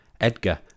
Edgar